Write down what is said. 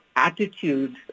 attitude